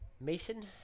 Mason